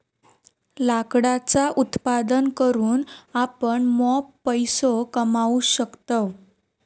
लाकडाचा उत्पादन करून आपण मॉप पैसो कमावू शकतव